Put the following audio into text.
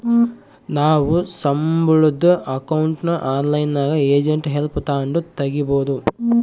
ನಾವು ಸಂಬುಳುದ್ ಅಕೌಂಟ್ನ ಆನ್ಲೈನ್ನಾಗೆ ಏಜೆಂಟ್ ಹೆಲ್ಪ್ ತಾಂಡು ತಗೀಬೋದು